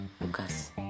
Lucas